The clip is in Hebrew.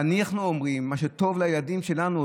ואנחנו אומרים: מה שטוב לילדים שלנו,